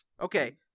okay